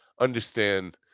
understand